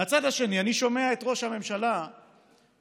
מהצד השני, אני שומע את ראש הממשלה מתלונן